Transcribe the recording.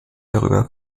darüber